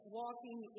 walking